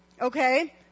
Okay